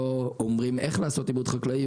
לא אומרים איך לעשות עיבוד חקלאי,